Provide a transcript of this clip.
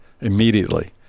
immediately